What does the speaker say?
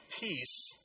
peace